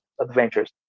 adventures